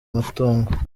matongo